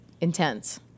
Intense